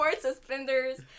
suspenders